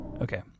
Okay